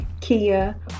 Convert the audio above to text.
Kia